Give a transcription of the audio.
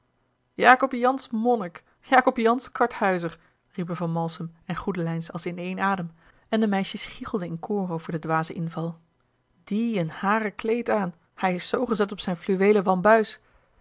jacob jansz monnik jacob jansz karthuizer riepen van malsem en goedelijns als in één adem en de meisjes giegelden in koor over den dwazen inval die een hairen kleed aan hij is zoo gezet op zijn fluweelen wambuis